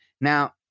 Now